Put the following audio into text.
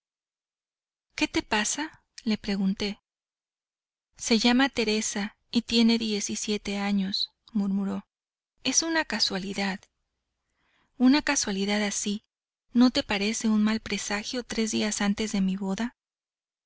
qué te pasa le pregunté se llama teresa y tiene diez y siete años murmuró es una casualidad una casualidad así no te parece un mal presagio tres días antes de mi boda